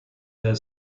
their